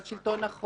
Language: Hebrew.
על שלטון החוק,